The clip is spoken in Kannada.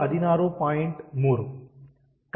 3